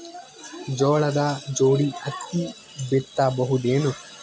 ಜೋಳದ ಜೋಡಿ ಹತ್ತಿ ಬಿತ್ತ ಬಹುದೇನು?